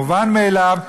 מובן מאליו,